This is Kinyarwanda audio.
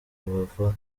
bava